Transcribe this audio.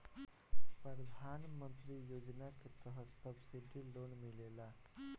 प्रधान मंत्री योजना के तहत सब्सिडी लोन मिलेला